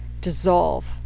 dissolve